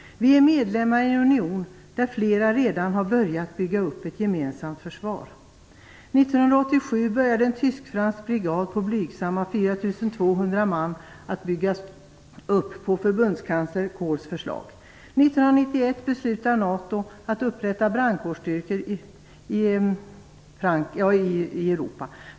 Vi är medlemmar i en union där flera länder redan har börjat bygga upp ett gemensamt försvar. År 1987 började en tysk-fransk brigad på blygsamma 4 200 man att byggas upp på förbundskansler Kohls förslag. 1991 beslutar NATO att upprätta brandkårsstyrkor i Europa.